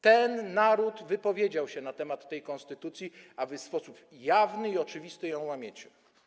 Ten naród wypowiedział się na temat tej konstytucji, a wy w sposób jawny i oczywisty ją łamiecie.